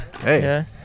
Hey